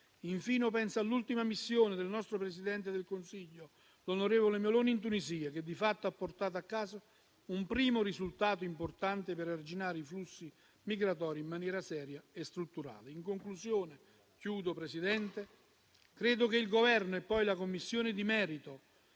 Infine, penso all'ultima missione del nostro Presidente del Consiglio, onorevole Meloni, in Tunisia che, di fatto, ha portato a casa un primo risultato importante per arginare i flussi migratori in maniera seria e strutturale. In conclusione, signor Presidente, credo che il Governo e poi la Commissione di merito